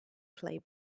clay